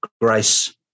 grace